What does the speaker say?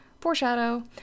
foreshadow